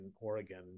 Oregon